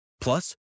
Plus